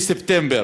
בספטמבר,